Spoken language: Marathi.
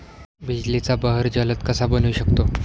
बिजलीचा बहर जलद कसा बनवू शकतो?